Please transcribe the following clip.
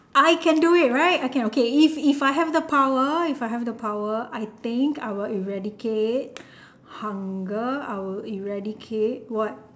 I can do it right I can okay if if I have the power if I have the power I think I will eradicate hunger I would eradicate what